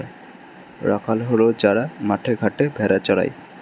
রাখাল হল যারা মাঠে ঘাটে ভেড়া চড়ায়